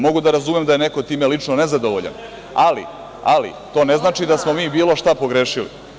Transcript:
Mogu da razumem da je neko time lično nezadovoljan, ali to ne znači da smo mi bilo šta pogrešili.